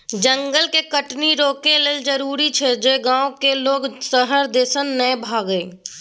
जंगल के कटनी रोकइ लेल जरूरी छै जे गांव के लोक शहर दिसन नइ भागइ